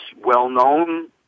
well-known